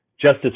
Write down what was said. Justice